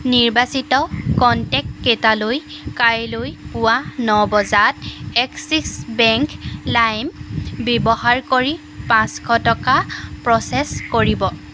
নিৰ্বাচিত কনটেক্টকেইটালৈ কাইলৈ পুৱা ন বজাত এক্সিছ বেংক লাইম ব্যৱহাৰ কৰি পাঁচশ টকা প্ৰ'চেছ কৰিব